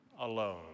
alone